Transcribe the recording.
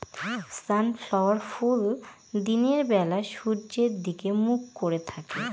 sunflower ফুল দিনের বেলা সূর্যের দিকে মুখ করে থাকে